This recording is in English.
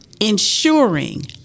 ensuring